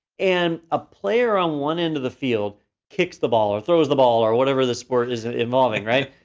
and a player on one end of the field kicks the ball or throws the ball or whatever the sports is it involving, right?